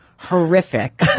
horrific